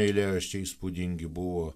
eilėraščiai įspūdingi buvo